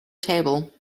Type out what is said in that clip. table